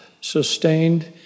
sustained